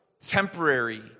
temporary